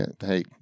Hey